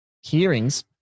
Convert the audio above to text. hearings